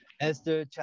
Esther